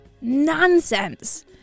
nonsense